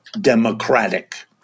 democratic